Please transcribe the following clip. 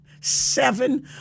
seven